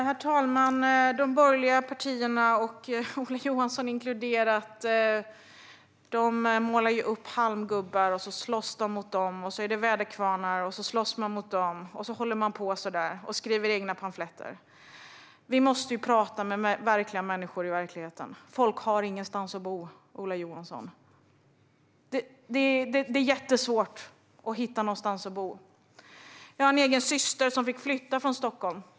Herr talman! De borgerliga partierna, Ola Johansson inkluderad, målar upp halmgubbar, och så slåss de mot dem. Och så är det väderkvarnar, och så slåss de mot dem. Så håller de på, och de skriver egna pamfletter. Vi måste prata med riktiga människor i verkligheten. Folk har ingenstans att bo, Ola Johansson. Det är jättesvårt att hitta någonstans att bo. Jag har en syster som fick flytta från Stockholm.